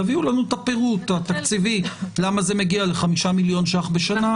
תביאו לנו את הפירוט התקציבי למה זה מגיע ל-5 מיליון ₪ בשנה.